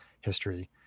history